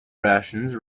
rations